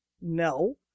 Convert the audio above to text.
no